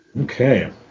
Okay